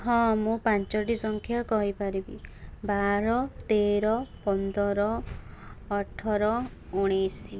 ହଁ ମୁଁ ପାଞ୍ଚଟି ସଂଖ୍ୟା କହିପାରିବି ବାର ତେର ପନ୍ଦର ଅଠର ଉଣେଇଶି